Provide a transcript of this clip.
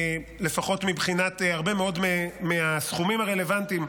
לפחות מבחינת הרבה מאוד מהסכומים הרלוונטיים,